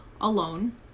alone